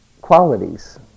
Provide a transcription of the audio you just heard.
qualities